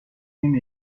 تیم